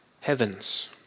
heavens